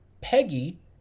peggy